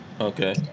Okay